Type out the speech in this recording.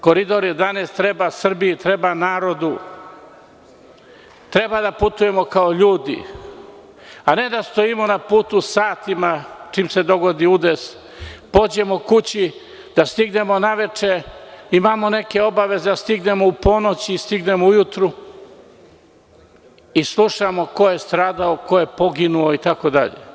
Koridor 11 treba Srbiji, treba narodu, treba da putujemo kao ljudi, a ne da stojimo na putu satima, čim se dogodi udes, pođemo kući, da stignemo naveče, imamo neke obaveze a stignemo u ponoć i stignemo ujutru i slušamo ko je stradao, ko je poginuo itd.